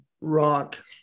rock